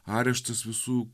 areštas visų